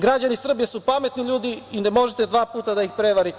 Građani Srbije su pametni ljudi i ne možete dva puta da ih prevarite.